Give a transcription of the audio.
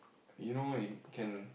you know it can